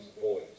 voice